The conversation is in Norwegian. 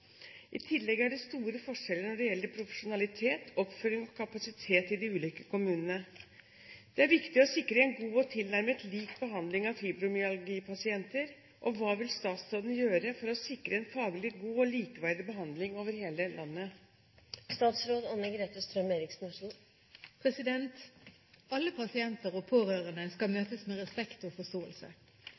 I tillegg er det store forskjeller når det gjelder profesjonalitet, oppfølging og kapasitet i de ulike kommunene. Det er viktig å sikre god og tilnærmet lik behandling av fibromyalgipasienter. Hva vil statsråden gjøre for å sikre en faglig god og likeverdig behandling over hele landet?» Alle pasienter og pårørende skal møtes med respekt og forståelse.